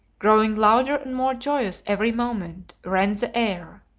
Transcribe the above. growing louder and more joyous every moment, rent the air